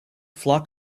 flock